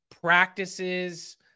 practices